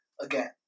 again